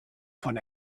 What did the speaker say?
von